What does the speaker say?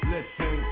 Listen